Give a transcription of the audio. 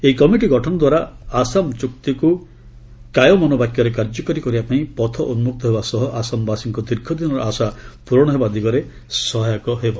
ଏହି କମିଟି ଗଠନ ଦ୍ୱାରା ଆସାମ ଚୁକ୍ତିକୁ କାୟମନୋ ବାକ୍ୟରେ କାର୍ଯକାରୀ କରିବା ପାଇଁ ପଥ ଉନ୍କକ୍ତ ହେବା ସହ ଆସାମବାସୀଙ୍କ ଦୀର୍ଘଦିନର ଆଶା ପ୍ରରଣ ହେବା ଦିଗରେ ଏହା ସହାୟକ ହୋଇପାରିବ